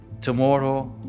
tomorrow